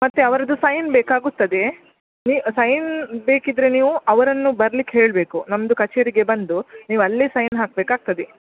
ಮತ್ತೆ ಅವರದ್ದು ಸೈನ್ ಬೇಕಾಗುತ್ತದೆ ನಿ ಸೈನ್ ಬೇಕಿದ್ದರೆ ನೀವು ಅವರನ್ನು ಬರ್ಲಿಕೆ ಹೇಳಬೇಕು ನಮ್ಮದು ಕಛೇರಿಗೆ ಬಂದು ನೀವು ಅಲ್ಲೆ ಸೈನ್ ಹಾಕ ಬೇಕಾಕ್ತದೆ